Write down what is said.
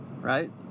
right